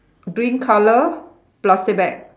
green colour plastic bag